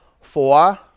four